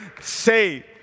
say